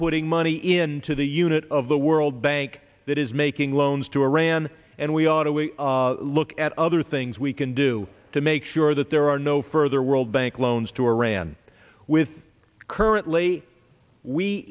putting money into the unit of the world bank that is making loans to iran and we ought to look at other things we can do to make sure that there are no further world bank loans to iran with currently we